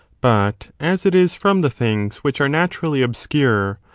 but, as it is from the things which are naturally obscure,